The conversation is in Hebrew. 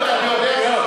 רובי.